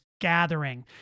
gathering